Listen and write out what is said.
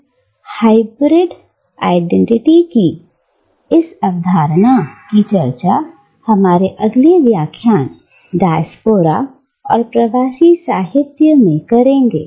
हम hybrid identity की इस धारणा की चर्चा हमारे अगले व्याख्यान डायस्पोरा और प्रवासी साहित्य में करेंगे